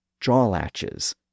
drawlatches